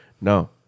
No